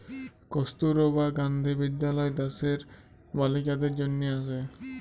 কস্তুরবা গান্ধী বিদ্যালয় দ্যাশের বালিকাদের জনহে আসে